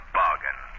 bargain